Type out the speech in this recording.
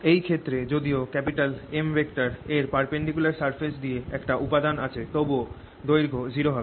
এই ক্ষেত্রে যদিও M এর পারপেন্ডিকুলার সারফেস দিয়ে একটা উপাদান আছে তবুও দৈর্ঘ্য 0 হবে